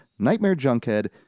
nightmarejunkhead